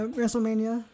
WrestleMania